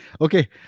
Okay